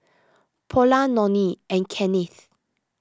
Paula Nonie and Kennith